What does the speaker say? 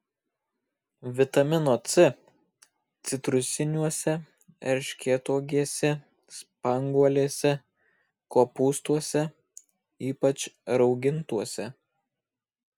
vitamino c citrusiniuose erškėtuogėse spanguolėse kopūstuose ypač raugintuose